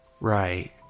right